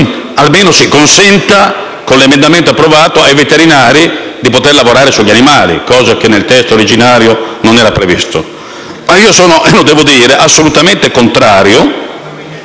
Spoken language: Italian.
almeno si consenta, con l'emendamento approvato, ai veterinari di poter lavorare sugli animali, cosa che nel testo originario non era prevista. Sono però assolutamente in